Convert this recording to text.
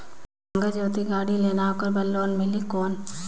नागर जोते गाड़ी लेना हे ओकर बार लोन मिलही कौन?